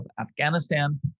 Afghanistan